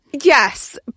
Yes